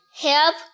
help